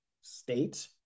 state